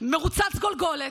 מרוצץ גולגולת,